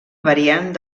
variant